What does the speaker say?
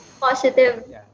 positive